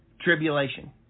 tribulation